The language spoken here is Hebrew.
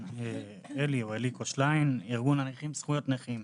אלי שליין, ארגון הנכים וזכויות נכים.